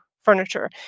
furniture